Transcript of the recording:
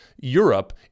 Europe